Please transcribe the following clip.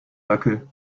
dackel